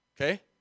Okay